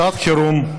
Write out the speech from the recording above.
שעת חירום,